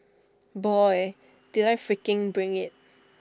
boy did I freaking bring IT